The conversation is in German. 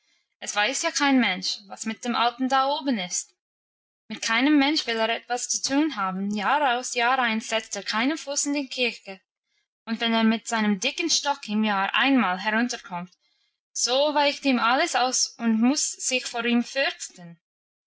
es weiß ja kein mensch was mit dem alten da oben ist mit keinem menschen will er etwas zu tun haben jahraus jahrein setzt er keinen fuß in eine kirche und wenn er mit seinem dicken stock im jahr einmal herunterkommt so weicht ihm alles aus und muss sich vor ihm fürchten